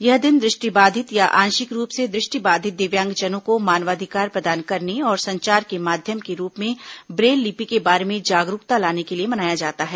यह दिन दृष्टिबाधित या आंशिक रूप से दृष्टिबाधित दिव्यांगजनों को मानवाधिकार प्रदान करने और संचार के माध्यम के रूप में ब्रेल लिपि के बारे में जागरूकता लाने के लिए मनाया जाता है